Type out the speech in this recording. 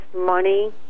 money